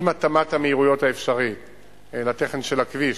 עם התאמת המהירויות האפשרית לתכן של הכביש,